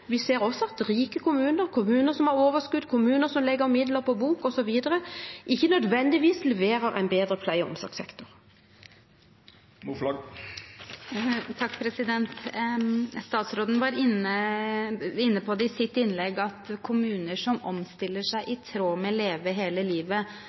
vi ser også at rike kommuner, kommuner som har overskudd, kommuner som legger midler på bordet osv., ikke nødvendigvis leverer bedre pleie- og omsorgstjenester. Statsråden var i sitt innlegg inne på at kommuner som omstiller seg